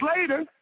later